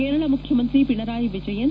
ಕೇರಳ ಮುಖ್ಯಮಂತ್ರಿ ಪಣಡಾಯ ವಿಜಯನ್